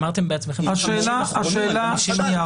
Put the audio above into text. שנייה,